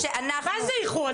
מה זה איחור?